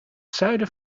zuiden